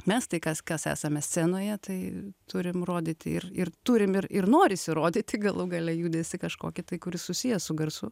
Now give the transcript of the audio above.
mes tai kas kas esame scenoje tai turim rodyti ir ir turim ir ir norisi rodyti galų gale judesį kažkokį tai kuris susijęs su garsu